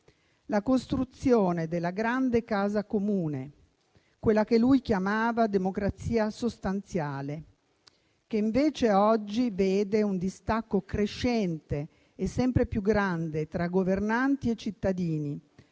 la costruzione della grande casa comune, quella che lui chiamava democrazia sostanziale, che invece oggi vede un distacco crescente e sempre più grande tra governanti e cittadini,